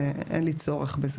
אין לי צורך בזה.